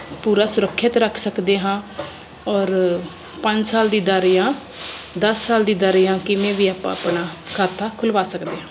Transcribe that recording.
ਪੂਰਾ ਸੁਰੱਖਿਅਤ ਰੱਖ ਸਕਦੇ ਹਾਂ ਔਰ ਪੰਜ ਸਾਲ ਦੀ ਦਰ ਜਾਂ ਦਸ ਸਾਲ ਦੀ ਦਰ ਜਾਂ ਕਿਵੇਂ ਵੀ ਆਪਾਂ ਆਪਣਾ ਖਾਤਾ ਖੁਲਵਾ ਸਕਦੇ ਹਾਂ